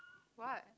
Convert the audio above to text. what